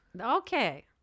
Okay